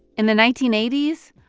in the nineteen eighty s,